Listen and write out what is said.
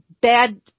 bad